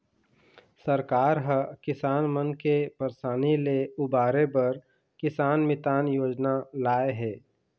सरकार ह किसान मन के परसानी ले उबारे बर किसान मितान योजना लाए हे